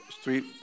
street